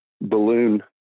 balloon